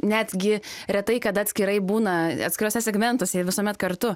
netgi retai kada atskirai būna atskiruose segmentuose jie visuomet kartu